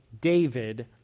David